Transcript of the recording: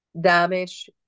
damage